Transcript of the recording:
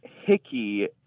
hickey